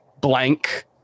blank